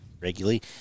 regularly